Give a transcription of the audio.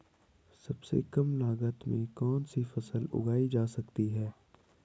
सबसे कम लागत में कौन सी फसल उगाई जा सकती है